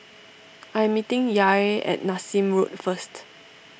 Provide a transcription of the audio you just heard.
I am meeting Yair at Nassim Road first